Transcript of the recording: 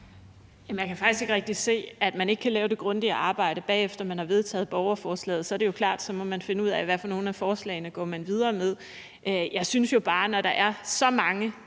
Jeg kan faktisk ikke rigtig se, at man ikke kan lave det grundige arbejde bagefter, altså efter man har vedtaget borgerforslaget. Så er det jo klart, at man må finde ud af, hvad for nogle af forslagene man går videre med. Jeg synes jo bare, at når der er så mange